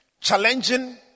challenging